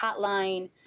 hotline